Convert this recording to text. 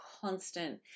constant